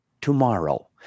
tomorrow